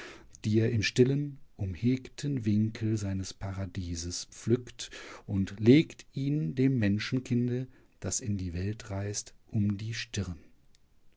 die er im stillen umhegten winkel seines paradieses pflückt und legt ihn dem menschenkinde das in die welt reist um die stirn